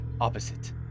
opposite